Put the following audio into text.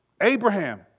Abraham